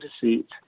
deceit